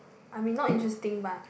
I mean not interesting but